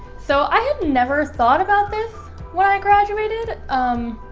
so i have never thought about this when i graduated um,